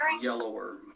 yellower